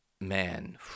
man